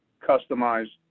customized